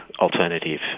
alternative